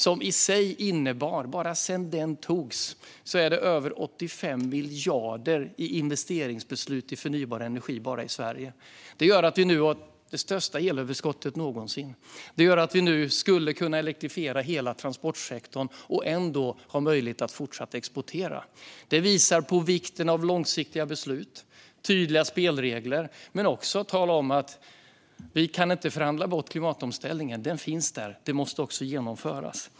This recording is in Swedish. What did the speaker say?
Sedan den nåddes har det tagits investeringsbeslut i förnybar energi för över 85 miljarder bara i Sverige. Det gör att vi har det största elöverskottet någonsin. Det gör att vi skulle kunna elektrifiera hela transportsektorn och ändå kunna fortsätta att exportera. Detta visar på vikten av långsiktiga beslut och tydliga spelregler men också att vi inte kan förhandla bort klimatomställningen. Den finns där och måste genomföras.